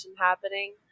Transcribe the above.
happening